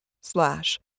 Slash